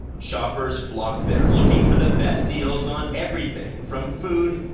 shoppers flock there looking for the best deals on everything from food,